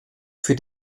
für